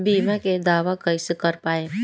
बीमा के दावा कईसे कर पाएम?